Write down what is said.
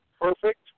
perfect